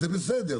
זה בסדר,